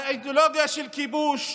אידיאולוגיה של כיבוש,